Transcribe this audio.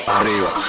arriba